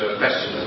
question